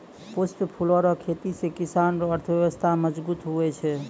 पुष्प फूलो रो खेती से किसान रो अर्थव्यबस्था मजगुत हुवै छै